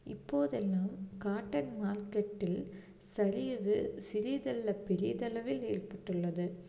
இப்போதெல்லாம் காட்டன் மார்க்கெட்டில் சரிவு சிறிதல்லை பெரியதளவில் ஏற்பட்டுள்ளது